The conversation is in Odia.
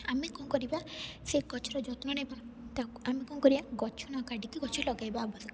ଆମେ କ'ଣ କରିବା ସେ ଗଛର ଯତ୍ନ ନେବା ତାକୁ ଆମେ କ'ଣ କରିବା ଗଛ ନ କାଟିକି ଗଛ ଲଗାଇବା ଆବଶ୍ୟକ